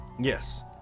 Yes